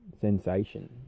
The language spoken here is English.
sensation